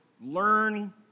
learn